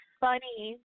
funny